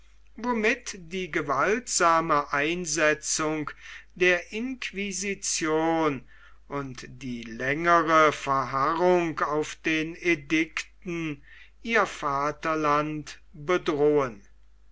womit die gewaltsame einsetzung der inquisition und die längere beharrung auf den edikten ihr vaterland bedrohen